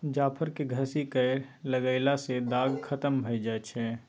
जाफर केँ घसि कय लगएला सँ दाग खतम भए जाई छै